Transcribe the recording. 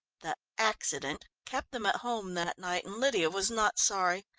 the accident kept them at home that night, and lydia was not sorry.